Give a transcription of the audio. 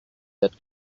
that